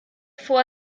vor